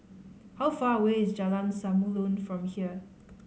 how far away is Jalan Samulun from here